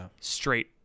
straight